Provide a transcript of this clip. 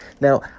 Now